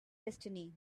destiny